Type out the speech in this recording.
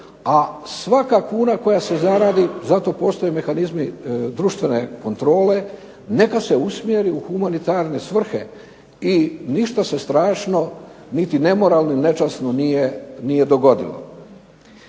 a svaka kuna koja se zaradi za to postoje mehanizmi društvene kontrole neka se usmjeri u humanitarne svrhe i ništa se strašno niti nemoralno ili nečasno nije dogodilo.